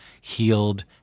healed